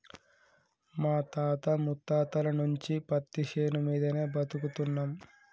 మా తాత ముత్తాతల నుంచి పత్తిశేను మీదనే బతుకుతున్నం